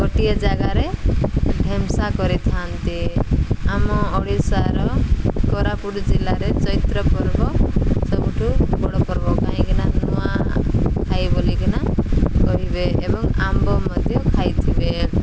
ଗୋଟିଏ ଜାଗାରେ ଢେମସା କରିଥାନ୍ତି ଆମ ଓଡ଼ିଶାର କୋରାପୁଟ ଜିଲ୍ଲାରେ ଚୈତ୍ର ପର୍ବ ସବୁଠୁ ବଡ଼ ପର୍ବ କାହିଁକିନା ନୂଆଖାଇ ବୋଲିକିନା କହିବେ ଏବଂ ଆମ୍ବ ମଧ୍ୟ ଖାଇଥିବେ